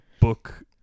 book